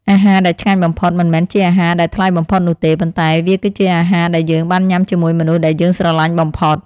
អាហារដែលឆ្ងាញ់បំផុតមិនមែនជាអាហារដែលថ្លៃបំផុតនោះទេ ប៉ុន្តែវាគឺជាអាហារដែលយើងបានញ៉ាំជាមួយមនុស្សដែលយើងស្រលាញ់បំផុត។